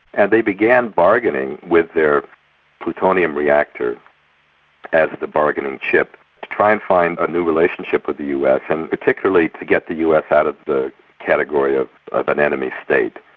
and they began bargaining with their plutonium reactor as the bargaining chip, to try and find a new relationship with the us, and particularly to get the us out of the category of an enemy state.